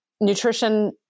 nutrition